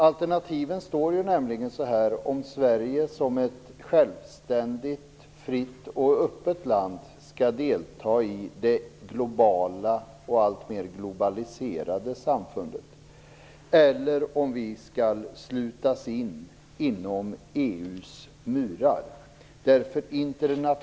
Alternativen är nämligen följande: Skall Sverige som ett självständigt, fritt och öppet land delta i det globala och alltmer globaliserade samfundet eller skall vi slutas in bakom EU:s murar?